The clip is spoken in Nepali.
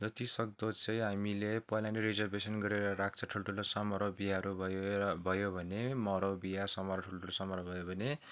जति सक्दो चाहिँ हामीले पहिला नै रिजर्भेसन गरेर राख्छ ठुल्ठुलो समारोह बिहाहरू भयो र भयो भने मरौ बिहा समारोह ठुल्ठुलो समारोह भयो भने